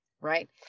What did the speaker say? right